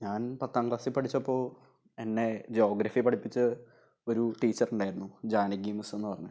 ഞാൻ പത്താം ക്ലാസ്സിൽ പഠിച്ചപ്പോള് എന്നെ ജോഗ്രഫി പഠിപ്പിച്ച ഒരു ടീച്ചറുണ്ടായിരുന്നു ജാനകി മിസ്സെന്ന് പറഞ്ഞ്